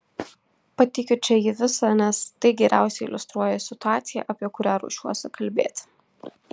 pateikiu čia jį visą nes tai geriausiai iliustruoja situaciją apie kurią ruošiuosi kalbėti